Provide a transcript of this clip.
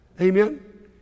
Amen